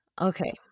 Okay